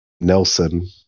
Nelson